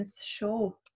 show